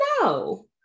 No